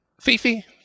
Fifi